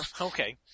Okay